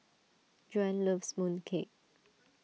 Joan loves Mooncake